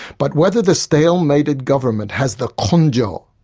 but whether the stalemated government has the konjo,